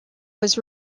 was